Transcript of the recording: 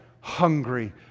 hungry